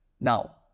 Now